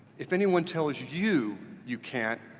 if anyone tells you, you can't,